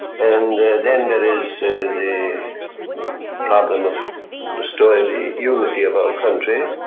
and then there is the problem of restoring the unity of our country,